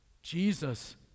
Jesus